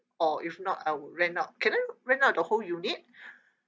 or if not I would rent out can I rent out the whole unit